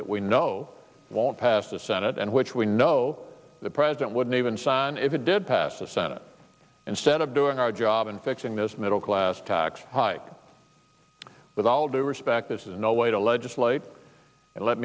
that we know won't pass the senate and which we know the president wouldn't even sign if it did pass the senate instead of doing our job and fixing this middle class tax hike with all due respect this is no way to legislate it let